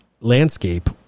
landscape